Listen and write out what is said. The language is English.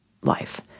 life